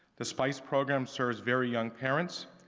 the spice program serves very young parents,